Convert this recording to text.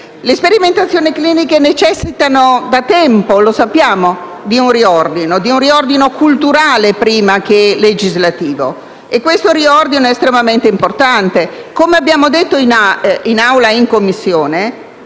le sperimentazioni cliniche, che necessitano da tempo - come sappiamo - di un riordino culturale, prima che legislativo. Questo riordino è estremamente importante. Come abbiamo detto in Aula e in Commissione,